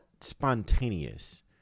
spontaneous